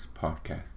Podcast